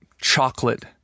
chocolate